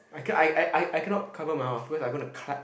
I can't I I I cannot cover my mouth because I'm going to claps